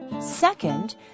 Second